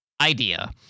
idea